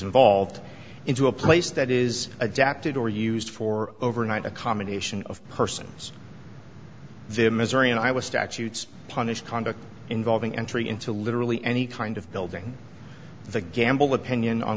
involved in to a place that is adapted or used for overnight a combination of persons their misery and i was statutes punished conduct involving entry into literally any kind of building the gamble opinion on